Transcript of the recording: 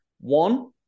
One